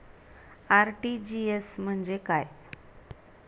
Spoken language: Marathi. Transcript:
आर.टी.जी.एस म्हणजे काय?